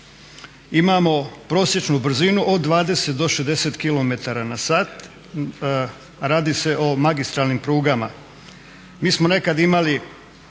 imamo prosječnu brzinu od 20 do 60 km na sat, radi se o magistralnim prugama.